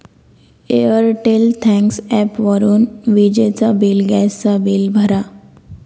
Airtel thanks ॲपवरून विजेचा bill, gas चा बिल भरा